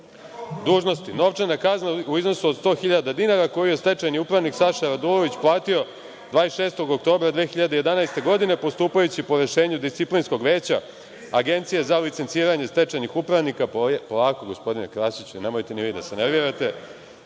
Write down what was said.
dužnosti. Novčana kazna u iznosu od 100.000 dinara koju je stečajni upravnik Saša Radulović platio 26. oktobra 2011. godine postupajući po rešenju disciplinskog veća Agencije za licenciranje stečajnih upravnika…(Zoran Krasić, s mesta: U kojoj luci?